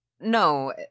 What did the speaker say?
No